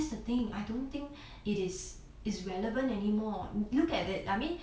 that's the thing I don't think it is is relevant anymore you look at it I mean